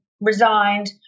resigned